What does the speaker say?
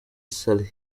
saleh